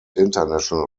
international